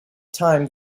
time